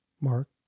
Mark